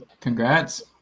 Congrats